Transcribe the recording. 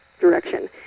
direction